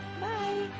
Bye